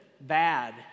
bad